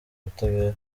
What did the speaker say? ubutabera